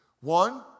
One